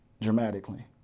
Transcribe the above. dramatically